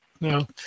No